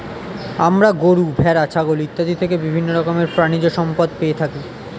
আমরা গরু, ভেড়া, ছাগল ইত্যাদি থেকে বিভিন্ন রকমের প্রাণীজ সম্পদ পেয়ে থাকি